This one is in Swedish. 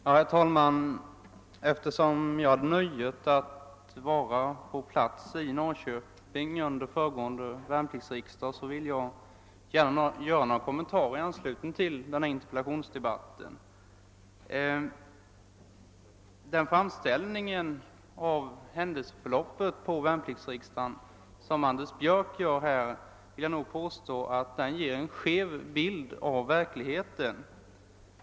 Herr talman! Eftersom jag hade nöjet att vara med på den föregående värnpliktsriksdagen i Norrköping vill jag gärna göra några kommentarer. pet på värnpliktsriksdagen som Anders Björck gjorde ger en skev bild av verkligheten.